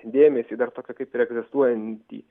dėmesį dar tokią kaip ir egzistuojantį